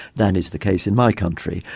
that is the case in my country.